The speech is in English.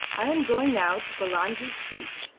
i am going now to bulangi's creek,